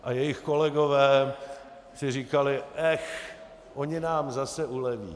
A jejich kolegové si říkali: Ech, oni nám zase uleví.